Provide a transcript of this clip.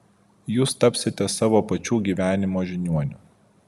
jūs tapsite savo pačių gyvenimo žiniuoniu